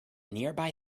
nearby